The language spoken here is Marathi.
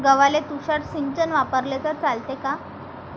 गव्हाले तुषार सिंचन वापरले तर चालते का?